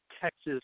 Texas